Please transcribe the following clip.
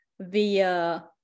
via